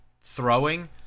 throwing